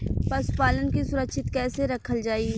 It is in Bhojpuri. पशुपालन के सुरक्षित कैसे रखल जाई?